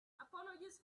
apologies